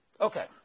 Okay